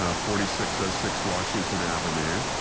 ah forty six oh six washington avenue.